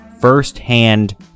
firsthand